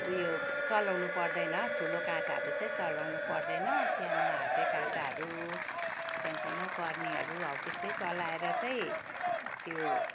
उयो चलाउनु पर्दैन ठुलो काँटाहरू चाहिँ चलाउनु पर्दैन सानो हाते काँटाहरू सानसानो कर्नीहरू हौ त्यस्तै चलाएर चाहिँ त्यो